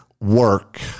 work